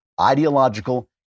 ideological